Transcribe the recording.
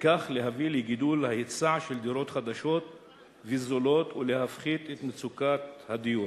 וכך להביא לגידול ההיצע של דירות חדשות וזולות ולהפחית את מצוקת הדיור.